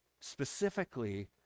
specifically